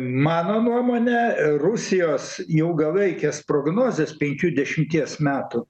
mano nuomone rusijos ilgalaikės prognozės penkių dešimties metų